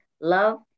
love